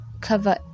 Cover